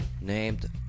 named